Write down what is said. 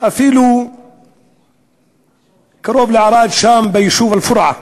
אפילו קרוב לערד שם, ביישוב אל-פורעה.